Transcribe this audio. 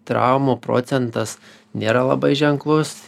traumų procentas nėra labai ženklus